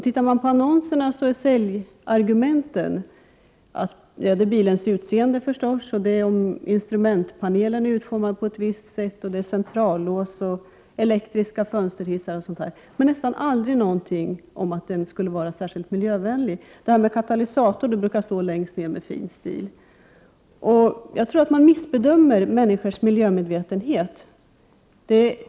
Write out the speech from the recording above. Tittar man på annonserna är säljargumenten bilens utseende, förstås, att instrumentpanelen är utformad på ett visst sätt, att det finns centrallås och elektriska fönsterhissar. Men det sägs nästan aldrig någonting om att bilen skulle vara särskilt miljövänlig. Att det finns katalysator brukar stå längst ned med fin stil. Jag tror att man missbedömer människors miljömedvetenhet.